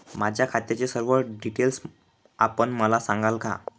माझ्या खात्याचे सर्व डिटेल्स आपण मला सांगाल का?